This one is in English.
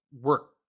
work